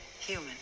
human